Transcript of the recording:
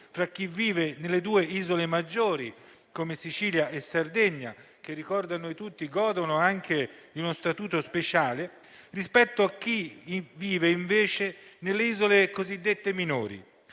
tra chi vive nelle due isole maggiori (Sicilia e Sardegna) - che, ricordo a noi tutti, godono anche di uno Statuto speciale - e chi vive, invece, nelle isole cosiddette minori,